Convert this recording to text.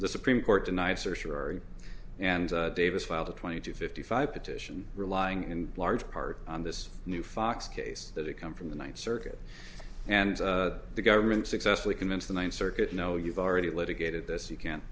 the supreme court to nicer sure and davis filed a twenty two fifty five petition relying in large part on this new fox case that it come from the ninth circuit and the government successfully convince the ninth circuit no you've already litigated this you can't